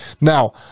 Now